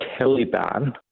Taliban